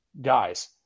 guys